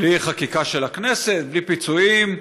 בלי חקיקה של הכנסת, בלי פיצוים.